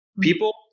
People